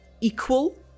equal